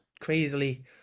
crazily